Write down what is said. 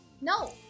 No